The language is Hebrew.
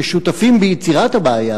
ששותפים ביצירת הבעיה,